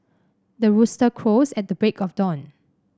the rooster crows at the break of dawn